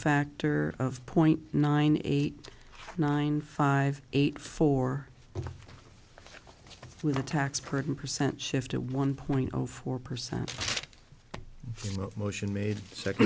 factor of point nine eight nine five eight four with the tax person percent shift at one point zero four percent motion made second